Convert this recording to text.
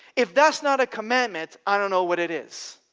if that's not a commandment, i don't know what it is.